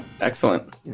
excellent